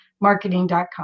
marketing.com